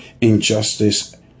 injustice